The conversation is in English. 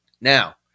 Now